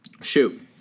Shoot